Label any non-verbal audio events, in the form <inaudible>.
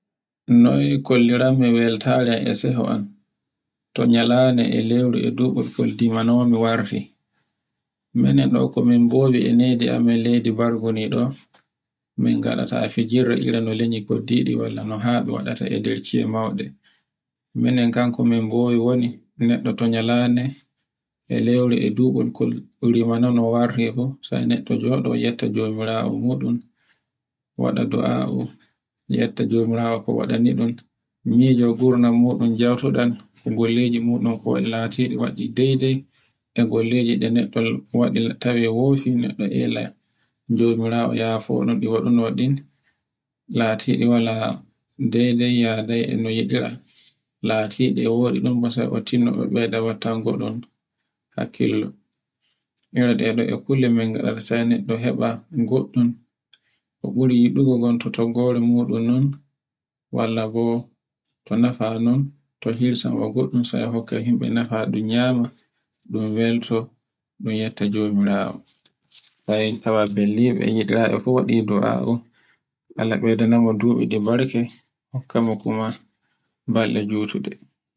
Noy kolliranmi e weltare e seho an to nyande e lewru, e duɓol kol dimanomi warti minon ɗo komin bowi e leydi bargu ni ɗo. Min gaɗata fijire iri no lanyi koddiɗi walla no haɓe e nder ciya mauɗe minon kan momin bowi woni neɗɗo to nyande e leuru, e duɓol kol rimanano warti fu sai sai neɗɗo jodo yetta jomirawo muɗum, wada du'ao yetta jomirawo ko waɗani ɗun, nyijo gurna muɗun jautuɗan ko golleje muɗum ko waɗi latiɗi ɗun waɗi dai-dai e golleje ɗe neɗɗol tawe wofin no ɗe ille, jomirawo yafo noɗu waɗino din latiɗi wala dai-dai wala yadai e no yiɗira, latiɗi e no wodi ɗum battino e ɓeyda wattango ɗum hakkilo. ire ɗe e kulle mengaɗaɗa sai neɗɗo heɓa, goɗɗun ko buri yiɗigo ngon to toggore muɗum non, walla bo to nafa non, to hirsamo goɗɗum sai hokka himbe nafa ɗun nyama ɗun welto ɗun yetta jomirawo <hesitation> sai tawa bellebe du waɗi du'au, Alla ɓeydanamu duɓu ɗi barke, kama kuma bakeɗe jutuɗe